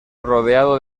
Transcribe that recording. rodeado